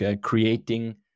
creating